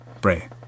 Bray